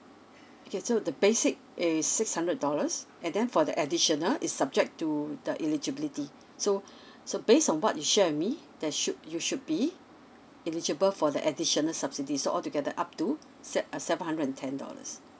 okay so the basic a six hundred dollars and then for the additional is subject to the eligibility so so based on what you share with me that should you should be eligible for the additional subsidies so all together up to set uh seven and hundred ten dollars